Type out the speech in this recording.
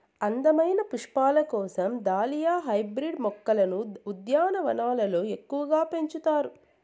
అందమైన పుష్పాల కోసం దాలియా హైబ్రిడ్ మొక్కలను ఉద్యానవనాలలో ఎక్కువగా పెంచుతారు